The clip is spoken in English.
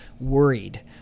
worried